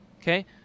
Okay